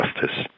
justice